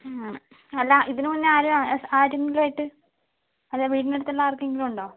അങ്ങനെ അല്ല ഇതിന് മുന്നേ ആരും ആരെങ്കിലുമായിട്ട് അല്ല വീട്ടിനടുത്തുള്ള ആർക്കെങ്കിലും ഉണ്ടോ